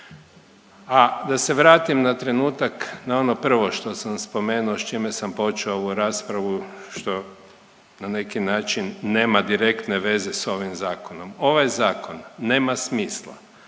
A da se vratim na trenutak na ono prvo što sam spomenuo, s čime sam počeo ovu raspravu, što na neki način nema direktne veze s ovim Zakonom. Ovaj Zakon nema smisla